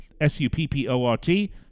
S-U-P-P-O-R-T